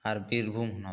ᱟᱨ ᱵᱤᱨᱵᱷᱩᱢ ᱦᱚᱱᱚᱛ